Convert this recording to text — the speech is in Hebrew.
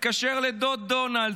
תתקשר לדוד דונלד.